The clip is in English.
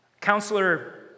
Counselor